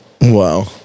Wow